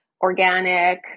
organic